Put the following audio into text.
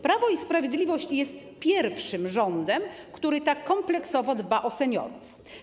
Prawo i Sprawiedliwość jest pierwszym rządem, który tak kompleksowo dba o seniorów.